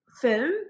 film